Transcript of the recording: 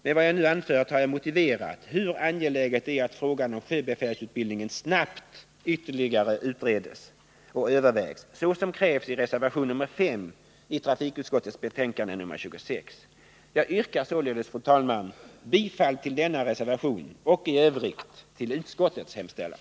Med vad jag nu anfört har jag motiverat hur angeläget det är att frågan om sjöbefälsutbildningen snabbt ytterligare utreds och övervägs så som krävs i reservation nr 5 i trafikutskottets betänkande nr 26. Jag yrkar således, fru talman, bifall till denna reservation och i övrigt till utskottets hemställan.